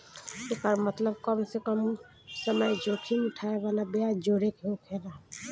एकर मतबल कम से कम समय जोखिम उठाए वाला ब्याज जोड़े के होकेला